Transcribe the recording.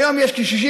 היום יש כ-60,000.